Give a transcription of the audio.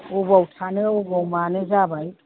बबेयाव थानो बबेयाव मानो जाबाय